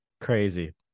Crazy